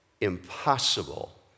impossible